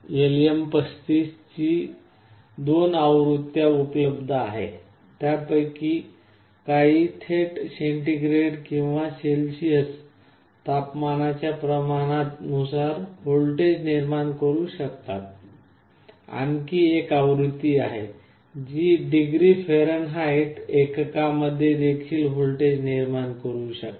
LM35 ची दोन आवृत्त्या उपलब्ध आहेत त्यापैकी काही थेट सेंटीग्रेड किंवा सेल्सियस तापमानाच्या प्रमाणानुसार व्होल्टेज निर्माण करू शकतात आणखी एक आवृत्ती आहे जी डिग्री फॅरनहाइट एकका मध्ये देखील व्होल्टेज निर्माण करू शकते